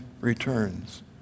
returns